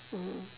mm